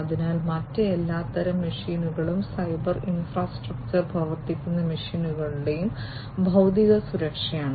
അതിനാൽ മറ്റ് എല്ലാത്തരം മെഷീനുകളും സൈബർ ഇൻഫ്രാസ്ട്രക്ചർ പ്രവർത്തിക്കുന്ന മെഷീനുകളുടെ ഭൌതിക സുരക്ഷയാണ്